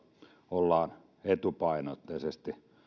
ollaan etupainotteisesti